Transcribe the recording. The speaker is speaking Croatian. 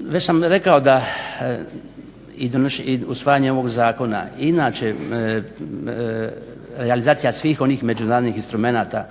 Već sam rekao da i usvajanje ovog zakona, inače realizacija svih onih međunarodnih instrumenata